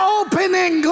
opening